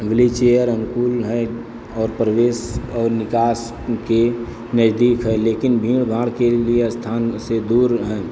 wheelchair अनुकूल हैं और प्रवेश और निकास के नजदीक हैं लेकिन भीड़भाड़ के लिए स्थान से दूर हैं